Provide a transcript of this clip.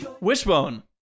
Wishbone